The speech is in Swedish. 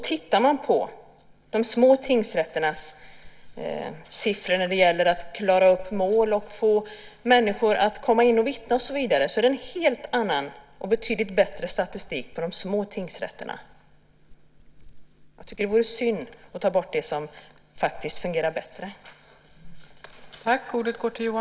Tittar man på de små tingsrätternas siffror när det gäller att klara upp mål, få människor att komma in och vittna och så vidare ser man att det är en helt annan och betydligt bättre statistik på de små tingsrätterna. Jag tycker att det vore synd att ta bort det som faktiskt fungerar bra.